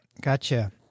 Gotcha